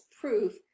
proof